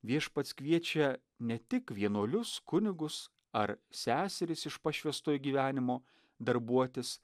viešpats kviečia ne tik vienuolius kunigus ar seseris iš pašvęstojo gyvenimo darbuotis